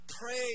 Pray